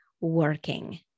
working